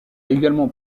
également